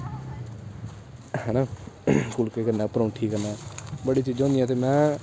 है ना फुलके कन्नै परोंठी कन्नै बड़ी चीजां होंदियां ते में